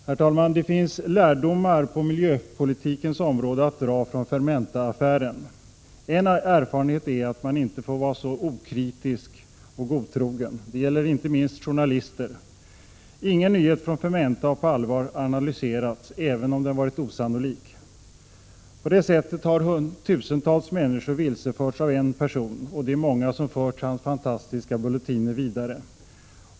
Herr talman! Det finns lärdomar på miljöpolitikens område att dra från Fermentaaffären. En erfarenhet är att man inte får vara så okritisk och godtrogen. Det gäller inte minst journalister. Ingen nyhet från Fermenta har på allvar analyserats, även om den varit osannolik. På detta sätt har tusentals människor vilseförts av en person och de många som fört hans fantastiska bulletiner vidare.